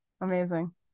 amazing